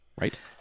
Right